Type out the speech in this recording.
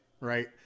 Right